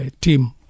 team